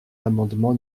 l’amendement